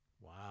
Wow